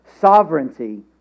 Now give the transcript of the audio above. sovereignty